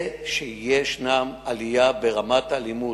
זה שיש עלייה ברמת האלימות,